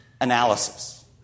analysis